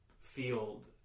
field